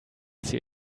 see